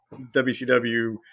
WCW